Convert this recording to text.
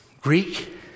Greek